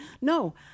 no